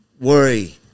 worry